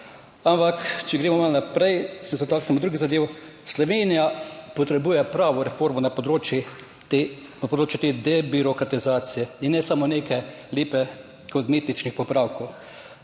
Ampak če gremo malo naprej, se dotaknemo drugih zadev. Slovenija potrebuje pravo reformo na področju, na področju te debirokratizacije in ne samo neke lepe kozmetičnih popravkov.